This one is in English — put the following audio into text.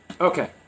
Okay